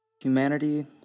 Humanity